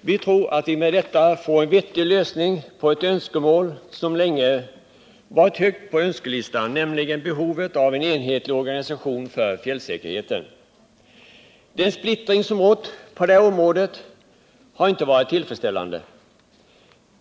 Vi tror att vi med detta får en vettig lösning på ett önskemål som länge stått högt upp på önskelistan, nämligen en enhetlig organisation för fjällsäkerheten. Den splittring som rått på det här området har inte varit tillfredsställande.